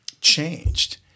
changed